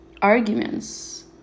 arguments